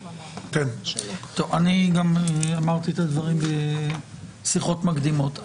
אני אמרתי את הדברים גם בשיחות מקדימות: